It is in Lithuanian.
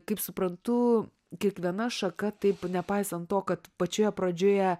kaip suprantu kiekviena šaka taip nepaisant to kad pačioje pradžioje